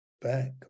back